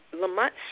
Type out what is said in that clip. Lamont